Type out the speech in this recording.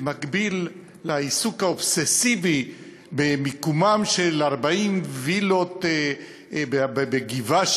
במקביל לעיסוק האובססיבי במיקומן של 40 וילות בגבעה,